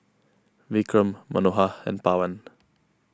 Vikram Manohar and Pawan